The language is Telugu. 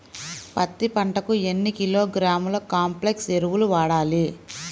పత్తి పంటకు ఎన్ని కిలోగ్రాముల కాంప్లెక్స్ ఎరువులు వాడాలి?